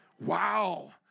Wow